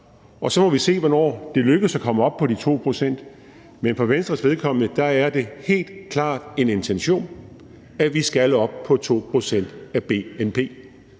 og så må vi se, hvornår det lykkes at komme op på de 2 pct. Men for Venstres vedkommende er det helt klart en intention, at vi skal op på 2 pct. af bnp,